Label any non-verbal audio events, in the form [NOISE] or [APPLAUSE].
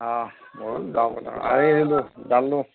অ [UNINTELLIGIBLE]